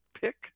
pick